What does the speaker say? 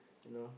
you know